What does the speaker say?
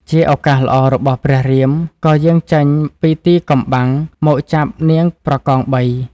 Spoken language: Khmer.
ជាឱកាសល្អរបស់ព្រះរាម ក៏យាងចេញពីទីកំបាំងមកចាប់នាងប្រកងបី។